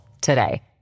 today